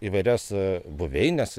įvairias buveines